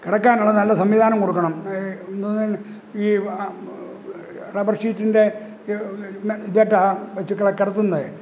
കെടക്കാനുള്ള നല്ല സംവിധാനം കൊടുക്കണം എന്താണ് ഈ റബ്ബർ ഷീറ്റിൻ്റെ ഇതിട്ടാ പശുക്കളെ കിടത്തുന്നത്